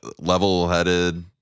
level-headed